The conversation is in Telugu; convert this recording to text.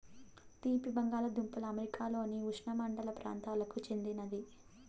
తీపి బంగాలదుంపలు అమెరికాలోని ఉష్ణమండల ప్రాంతాలకు చెందినది